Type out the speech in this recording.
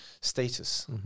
status